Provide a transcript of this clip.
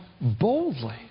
boldly